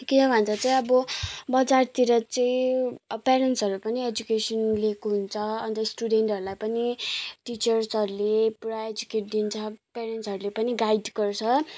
किन भन्दा चाहिँ अब बजारतिर चाहिँ पेरेन्ट्सहरू पनि एजुकेसन लिएको हुन्छ अन्त स्टुडेन्टहरूलाई पनि टिचर्सहरूले पुरा एजुकेट दिन्छ पेरेन्ट्सहरूले पनि गाइड गर्छ